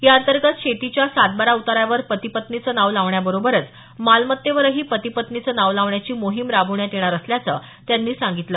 याअंतर्गत शेतीच्या सातबारा उताऱ्यावर पती पत्नीचं नाव लावण्याबरोबरच मालमत्तेवरही पती पत्नीचं नाव लावण्याची मोहिम राबवण्यात येणार असल्याचं त्यांनी सांगितलं